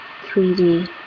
3D